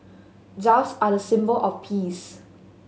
doves are a symbol of peace